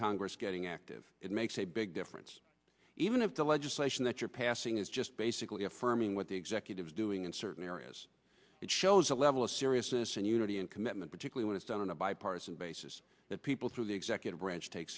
congress getting active it makes a big difference even if the legislation that you're passing is just basically affirming what the executive is doing in certain areas it shows a level of seriousness and unity and commitment particular when it's done on a bipartisan basis that people through the executive branch take